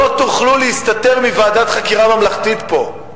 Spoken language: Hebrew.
לא תוכלו להסתתר מוועדת חקירה ממלכתית פה,